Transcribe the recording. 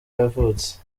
yavutse